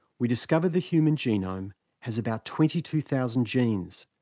we discovered the human genome has about twenty two thousand genes.